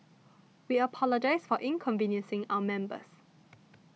we apologise for inconveniencing our members